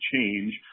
change